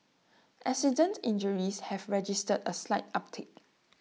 accident injuries have registered A slight uptick